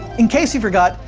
in case you forgot,